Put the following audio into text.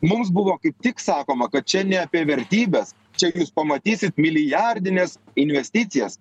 mums buvo kaip tik sakoma kad čia ne apie vertybes čia jūs pamatysit milijardines investicijas